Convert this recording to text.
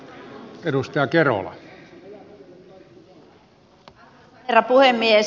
arvoisa herra puhemies